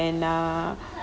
and uh